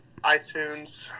iTunes